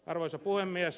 arvoisa puhemies